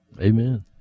Amen